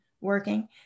working